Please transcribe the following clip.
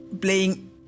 playing